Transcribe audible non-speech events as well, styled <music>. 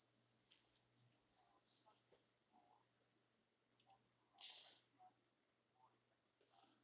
<breath>